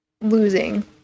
losing